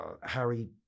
Harry